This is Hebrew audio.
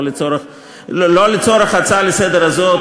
לא לצורך ההצעה לסדר-היום הזאת,